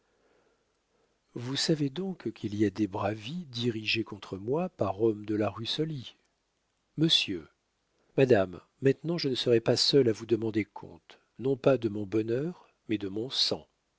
vous savez donc qu'il y a des bravi dirigés contre moi par l'homme de la rue soly monsieur madame maintenant je ne serai pas seul à vous demander compte non pas de mon bonheur mais de mon sang